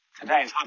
today